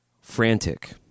Frantic